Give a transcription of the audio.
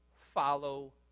follow